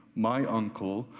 my uncle,